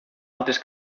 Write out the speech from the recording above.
altres